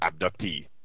abductee